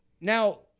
now